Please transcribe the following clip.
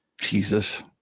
Jesus